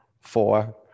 four